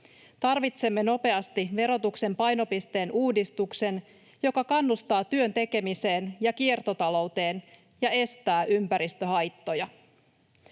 Tarvitsemme nopeasti verotuksen painopisteen uudistuksen, joka kannustaa työn tekemiseen ja kiertotalouteen ja estää ympäristöhaittoja.